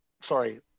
sorry